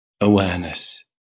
awareness